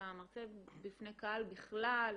אתה מרצה בפני קהל בכלל.